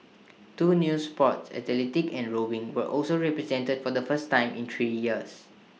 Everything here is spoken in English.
two new sports athletics and rowing were also represented for the first time in three years